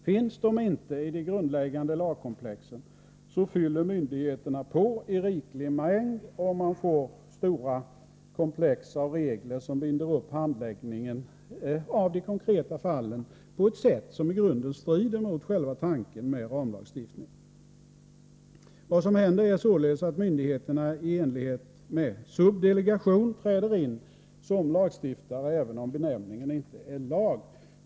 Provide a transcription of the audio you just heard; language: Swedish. Om dessa inte finns i de grundläggande lagkomplexen, fyller myndigheterna på i riklig mängd och resultatet blir stora komplex av regler som binder upp handläggningen av de konkreta fallen på ett sätt som i grunden strider mot själva tanken med ramlagstiftning. Vad som händer är således att myndigheterna i enlighet med sin subdelegering träder in som lagstiftare, även om benämningen för dessa regler inte är lag.